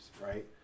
right